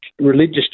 religious